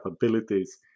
capabilities